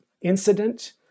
incident